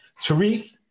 Tariq